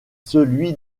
celui